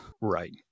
Right